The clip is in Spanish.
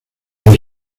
los